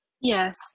Yes